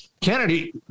Kennedy